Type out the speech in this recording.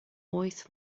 wyth